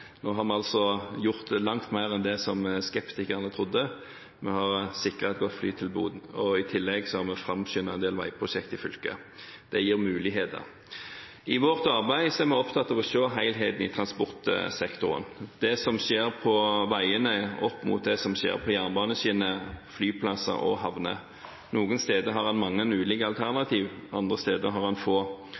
Vi har gjort langt mer enn det skeptikerne trodde. Vi har sikret et godt flytilbud. I tillegg har vi framskyndet en del veiprosjekt i fylket. Det gir muligheter. I vårt arbeid er vi opptatt av å se helheten i transportsektoren ved å se det som skjer på veiene, opp mot det som skjer på jernbaneskinner, flyplasser og havner. Noen steder har en mange ulike alternativer – andre steder har en få.